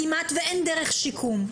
כמעט ואין דרך שיקום.